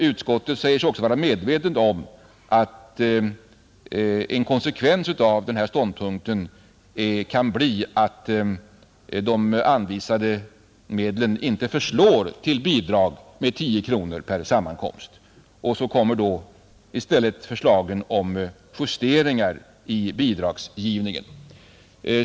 Utskottet säger sig också vara medvetet om att en konsekvens av denna ståndpunkt kan bli att de anvisade medlen inte förslår till bidrag med 10 kronor per sammankomst. Så kommer då i stället förslagen om justeringar i bidragsgivningen.